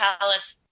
Palace